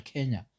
Kenya